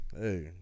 Hey